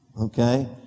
Okay